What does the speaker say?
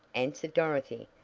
answered dorothy,